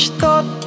thought